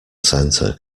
centre